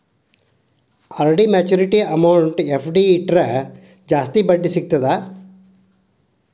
RD maturity amount FD ಇಟ್ರ ಜಾಸ್ತಿ ಬಡ್ಡಿ ಸಿಗತ್ತಾ